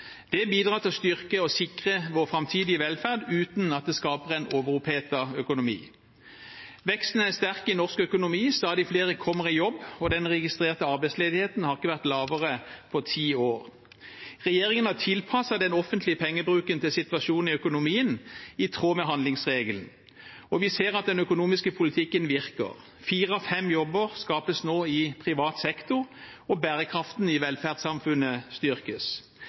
Det bidrar til å styrke og sikre vår framtidige velferd, uten at det skaper en overopphetet økonomi. Veksten er sterk i norsk økonomi, stadig flere kommer i jobb, og den registrerte arbeidsledigheten har ikke vært lavere på ti år. Regjeringen har tilpasset den offentlige pengebruken til situasjonen i økonomien, i tråd med handlingsregelen. Vi ser at den økonomiske politikken virker. Fire av fem jobber skapes nå i privat sektor, og bærekraften i velferdssamfunnet styrkes.